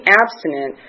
abstinent